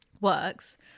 works